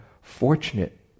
fortunate